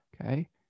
Okay